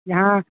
यहाँ